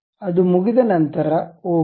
ಅದು ಮುಗಿದ ನಂತರ ಓಕೆ